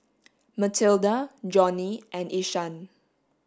Matilda Johnny and Ishaan